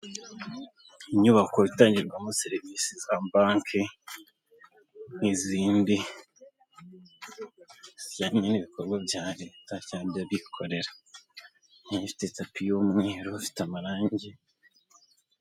Inyubako itangirwamo serivisi za banki n'izindi zijyanye n'ibikorwa bya leta cyangwa abikorera, ifite tapi y'umweru ifite amarange.